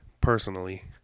personally